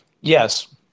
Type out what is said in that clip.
yes